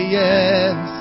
yes